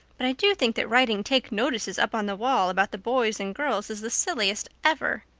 but i do think that writing take-notices up on the wall about the boys and girls is the silliest ever.